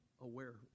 aware